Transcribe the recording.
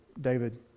David